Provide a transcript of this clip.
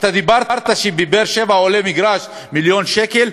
דיברת על כך שבבאר-שבע עולה מגרש מיליון שקל,